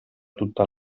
tutta